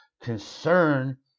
Concern